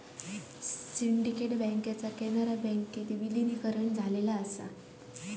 syndicate बँकेचा कॅनरा बँकेत विलीनीकरण झाला असा